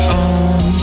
on